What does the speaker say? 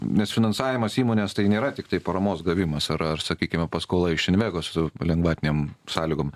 nes finansavimas įmonės tai nėra tiktai paramos gavimas ar ar sakykime paskola iš invegos lengvatinėm sąlygom